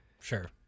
sure